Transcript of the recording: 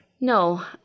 No